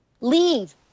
leave